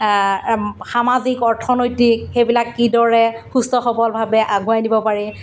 সামাজিক অৰ্থনৈতিক সেইবিলাক কিদৰে সুস্থ সবলভাৱে আগুৱাই দিব পাৰি